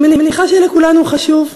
אני מניחה שלכולנו חשוב,